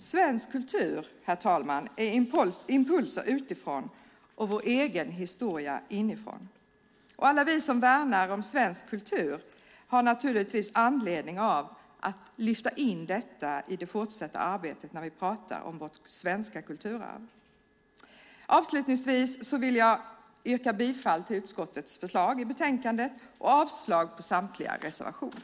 Svensk kultur, herr talman, är impulser utifrån och vår egen historia inifrån. Alla vi som värnar svensk kultur har naturligtvis anledning att lyfta in detta i det fortsatta arbetet när vi talar om vårt svenska kulturarv. Avslutningsvis yrkar jag bifall till utskottets förslag i betänkandet och avslag på samtliga reservationer.